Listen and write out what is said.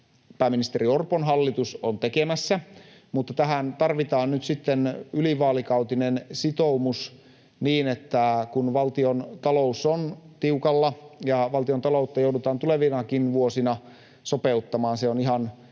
pääministeri Orpon hallitus on tekemässä. Mutta tähän tarvitaan nyt sitten ylivaalikautinen sitoumus niin, että kun valtiontalous on tiukalla ja valtiontaloutta joudutaan tulevinakin vuosina sopeuttamaan — se on ihan